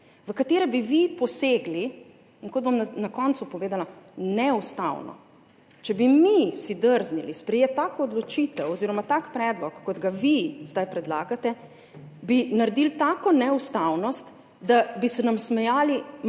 v katere bi vi posegli, in kot bom na koncu povedala, neustavno. Če bi si mi drznili sprejeti tako odločitev oziroma tak predlog, kot ga vi zdaj predlagate, bi naredili tako neustavnost, da bi se nam cel